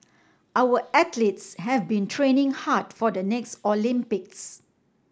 our athletes have been training hard for the next Olympics